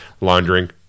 laundering